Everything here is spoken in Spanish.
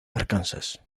arkansas